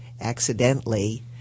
Accidentally